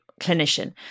clinician